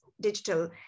digital